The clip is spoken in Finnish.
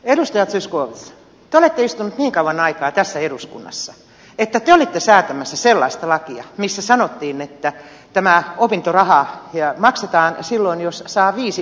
edustaja zyskowicz te olette istunut niin kauan aikaa tässä eduskunnassa että te olitte säätämässä sellaista lakia missä sanottiin että tämä opintoraha maksetaan silloin jos saa viisi opintoviikkoa